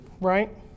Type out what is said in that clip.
right